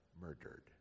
murdered